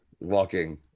walking